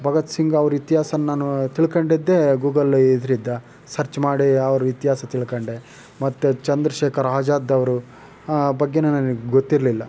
ಭಗತ್ ಸಿಂಗ್ ಅವ್ರ ಇತಿಹಾಸನ ನಾನು ತಿಳ್ಕೊಂಡಿದ್ದೇ ಗೂಗಲ್ ಇದ್ರಿಂದ ಸರ್ಚ್ ಮಾಡಿ ಅವ್ರ ಇತಿಹಾಸ ತಿಳ್ಕೊಂಡೆ ಮತ್ತು ಚಂದ್ರಶೇಖರ ಆಜಾದ್ ಅವ್ರ ಆ ಬಗ್ಗೆ ನನಗೆ ಗೊತ್ತಿರಲಿಲ್ಲ